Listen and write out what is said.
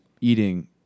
eating